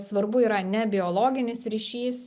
svarbu yra ne biologinis ryšys